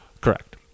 Correct